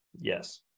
Yes